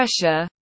pressure